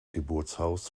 geburtshaus